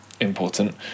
important